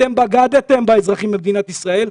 אתם בגדתם באזרחים במדינת ישראל.